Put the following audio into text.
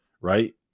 Right